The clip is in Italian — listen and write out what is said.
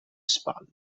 spalle